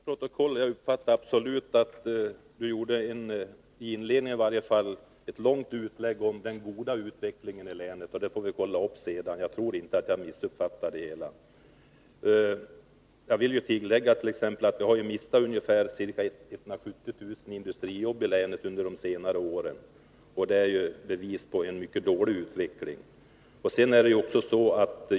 Herr talman! Vi får väl se i protokollet. Jag fick i alla fall det bestämda intrycket att Johan Olsson i inledningen gjorde ett långt uttalande om den goda utvecklingen i länet. Vi får alltså kontrollera den här saken senare, men jag tror inte att jag missuppfattat det hela. Jag vill tillägga att landet ju har förlorat ca 170 000 industriarbeten under de senaste åren, vilket ju visar att utvecklingen har varit mycket dålig.